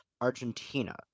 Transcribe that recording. Argentina